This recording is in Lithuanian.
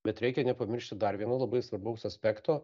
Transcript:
bet reikia nepamiršti dar vieno labai svarbaus aspekto